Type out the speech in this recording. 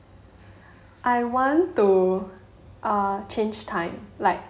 I want to err change time like